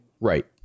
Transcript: Right